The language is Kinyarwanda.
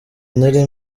nari